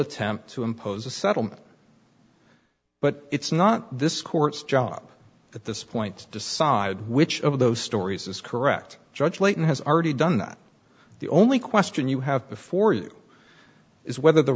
attempt to impose a settlement but it's not this court's job at this point decide which of those stories is correct judge layton has already done that the only question you have before you is whether the